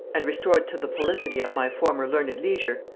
and restored to the felicity of my former learned leisure,